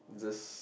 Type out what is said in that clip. just